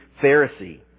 pharisee